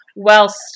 whilst